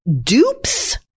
dupes